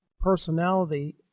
personality